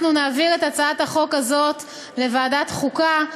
אנחנו נעביר את הצעת החוק הזאת לוועדת החוקה,